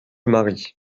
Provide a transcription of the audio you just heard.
marie